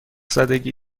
زدگی